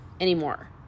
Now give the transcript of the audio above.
anymore